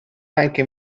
anche